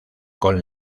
con